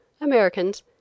Americans